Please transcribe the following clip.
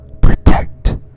protect